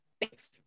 Thanks